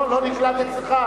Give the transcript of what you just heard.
לא טעיתי.